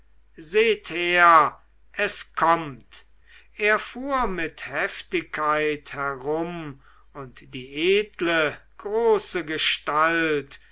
seht her es kommt er fuhr mit heftigkeit herum und die edle große gestalt